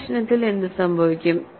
ഈ പ്രശ്നത്തിൽ എന്ത് സംഭവിക്കും